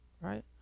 right